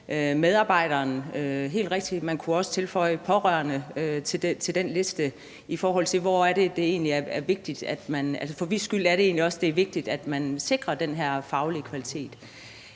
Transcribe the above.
helt rigtigt, og man kunne også tilføje pårørende til den liste, i forhold til for hvis skyld det egentlig er vigtigt, at man sikrer den her faglige kvalitet.